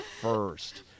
first